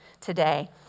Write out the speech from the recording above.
today